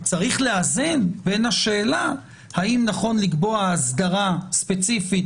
צריך לאזן בין השאלה האם נכון לקבוע אסדרה ספציפית